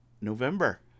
November